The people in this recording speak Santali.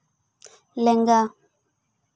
ᱞᱮᱝᱜᱟ